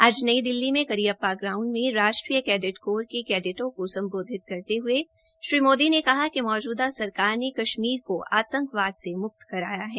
आज नई दिल्ली में करिअय्पा ग्राउंड में राष्ट्रीय कैडेट कोर के कैडेटों को सम्बोधित करते हये श्री मोदी ने कहा कि मौजूदा सरकार ने कश्मीर को आंतकवाद से मुक्त कराया है